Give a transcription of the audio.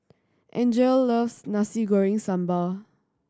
Angele loves Nasi Goreng Sambal